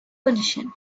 position